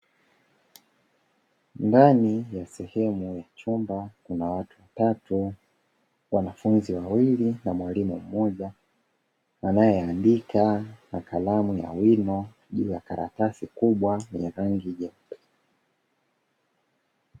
Ndani ya sehemu ya chumba kuna watu watatu, wanafunzi wawili na mwalimu mmoja anaeandika kwa kalamu ya wino juu ya karatasi kubwa yenye rangi nyeupe.